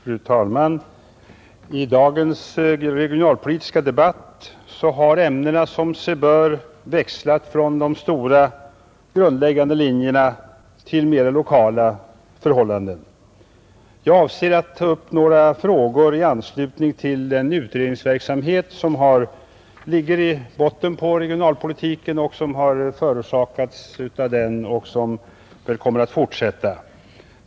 Fru talman! I dagens regionalpolitiska debatt har ämnena som sig bör växlat från de stora grundläggande linjerna till mera lokala förhållanden. Jag avser att ta upp några frågor i anslutning till den utredningsverksamhet som ligger i botten på regionalpolitiken, som har förorsakats av den och som väl kommer att fortsätta.